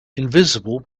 invisible